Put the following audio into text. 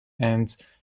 and